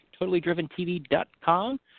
TotallyDrivenTV.com